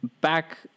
back